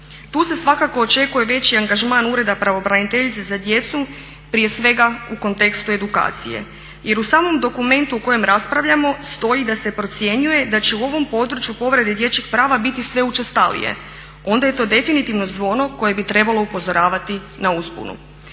Tu se svakako očekuje veći angažman Ureda pravobraniteljica za djecu prije svega u kontekstu edukacije. Jer u samom dokumentu o kojem raspravljamo stoj da se procjenjuje da će u ovom području povrede dječjih prava biti sve učestalije. Onda je to definitivno zvono koje bi trebalo upozoravati na uzbunu.